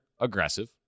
aggressive